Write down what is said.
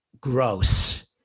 gross